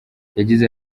yagize